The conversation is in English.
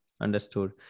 Understood